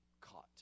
caught